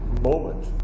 moment